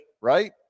right